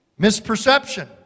Misperception